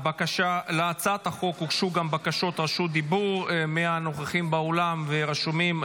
להצעת החוק הוגשו גם בקשות רשות דיבור מהנוכחים באולם ורשומים.